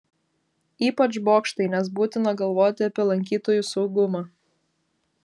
ypač bokštai nes būtina galvoti apie lankytojų saugumą